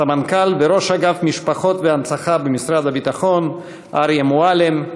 סמנכ"ל וראש אגף משפחות והנצחה במשרד הביטחון אריה מועלם,